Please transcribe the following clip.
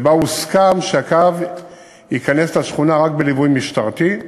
ובה הוסכם שהקו ייכנס לשכונה רק בליווי משטרתי.